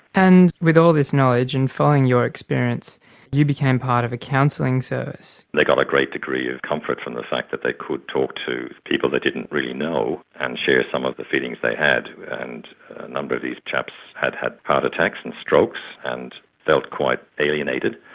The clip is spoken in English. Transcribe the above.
and with all this knowledge and following your experience you became part of a counselling service. they got a great degree of comfort from the fact that they could talk to people they didn't really know and share some of the feelings they had, and a number of these chaps had had heart attacks and strokes and felt quite alienated,